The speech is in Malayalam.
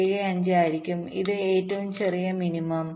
75 ആയിരിക്കും ഇത് ഏറ്റവും ചെറിയ മിനിമം